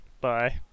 Bye